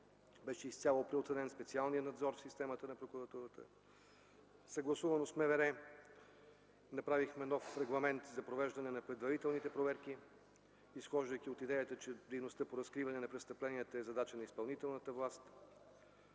Беше изцяло преоценен специалният надзор в системата на прокуратурата. Съгласувано с МВР, направихме нов регламент за провеждане на предварителните проверки, изхождайки от идеята, че дейността по разкриване на престъпленията е задача на изпълнителната власт.